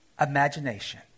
imagination